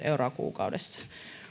euroa kuukaudessa